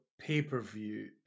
pay-per-view